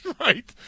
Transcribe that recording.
Right